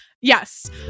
Yes